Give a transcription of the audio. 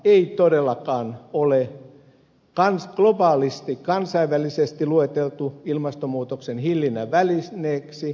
ydinvoimaa ei todellakaan ole globaalisti kansainvälisesti lueteltu ilmastonmuutoksen hillinnän välineeksi